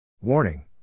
Warning